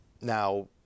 Now